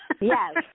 Yes